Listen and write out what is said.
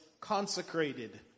consecrated